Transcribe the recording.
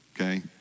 okay